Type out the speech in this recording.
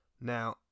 Now